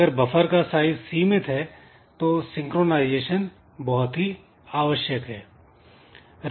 अगर बफर का साइज सीमित है तो सिंक्रोनाइजेशन बहुत ही आवश्यक है